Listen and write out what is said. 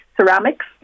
ceramics